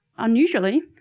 Unusually